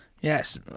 Yes